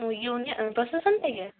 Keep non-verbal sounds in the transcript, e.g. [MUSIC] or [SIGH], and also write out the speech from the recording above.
ও [UNINTELLIGIBLE] প্রশাসন থেকে